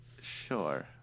Sure